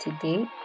today